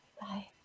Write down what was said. Bye